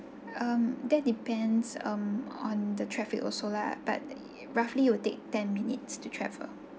um that depends um on the traffic also lah but roughly it will take ten minutes to travel